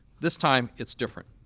this time, it's different.